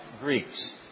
Greeks